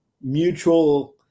mutual